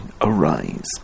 arise